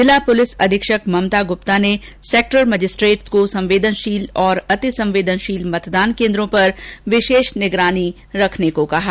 जिला पुलिस अधीक्षक ममता गुप्ता ने सेक्टर मजिस्ट्रेट को संवेदनशील और अतिसंवेदनशील मतदान केन्द्रों पर विशेष निगरानी रखने के निर्देश दिए